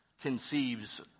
conceives